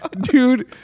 Dude